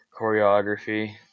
Choreography